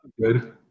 good